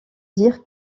dire